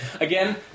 Again